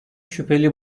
şüpheli